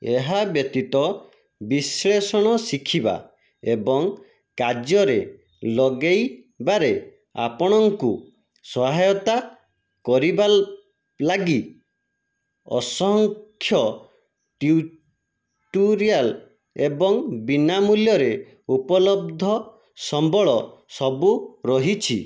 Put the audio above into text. ଏହା ବ୍ୟତୀତ ବିଶ୍ଳେଷଣ ଶିଖିବା ଏବଂ କାର୍ଯ୍ୟରେ ଲଗାଇବାରେ ଆପଣଙ୍କୁ ସହାୟତା କରିବା ଲାଗି ଅସଂଖ୍ୟ ଟ୍ୟୁଟୋରିଆଲ୍ ଏବଂ ବିନା ମୂଲ୍ୟରେ ଉପଲବ୍ଧ ସମ୍ବଳ ସବୁ ରହିଛି